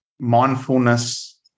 mindfulness